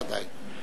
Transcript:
ודאי, ודאי.